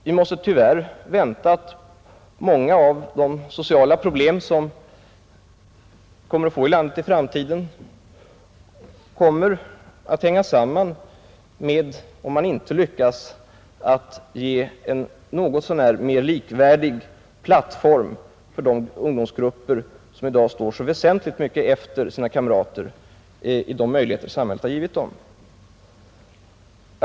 Vi måste tyvärr vänta att många av de sociala problem som vi kommer att få i landet i framtiden kommer att hänga samman med huruvida man lyckas ge en något så när likvärdig plattform för de ungdomsgrupper som i dag står så väsentligt mycket efter sina kamrater i de möjligheter samhället gett dem.